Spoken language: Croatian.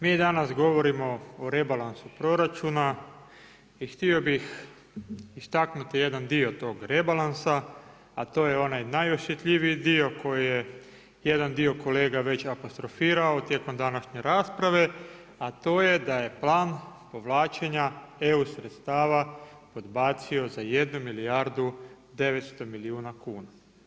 Mi danas govorimo o rebalansu proračuna i htio bih istaknuti jedan dio tog rebalansa, a to je onaj najosjetljiviji dio koji je jedan dio kolega već apostrofirao tijekom današnje rasprave, a to je da je plan povlačenja EU sredstava podbacio za jednu milijardu 900 milijuna kuna.